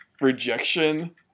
rejection